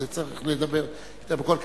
אז צריך לדבר יותר בקול.